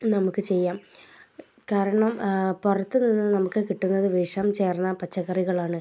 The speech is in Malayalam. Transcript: നമുക്ക് ചെയ്യാം കാരണം പുറത്ത് നിന്ന് നമുക്ക് കിട്ടുന്നത് വിഷം ചേർന്ന പച്ചക്കറികളാണ്